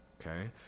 okay